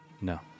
No